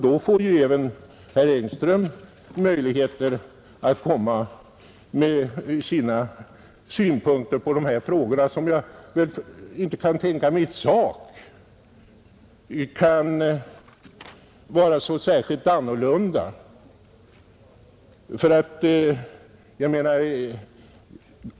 Då får även herr Engström möjlighet att föra fram sina synpunkter.